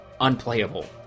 unplayable